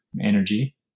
energy